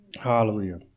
Hallelujah